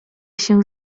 się